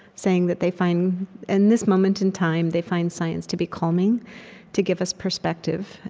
saying that they find in this moment in time, they find science to be calming to give us perspective.